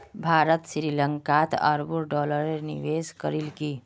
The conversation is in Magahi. भारत श्री लंकात अरबों डॉलरेर निवेश करील की